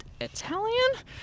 italian